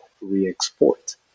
re-export